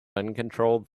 uncontrolled